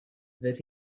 that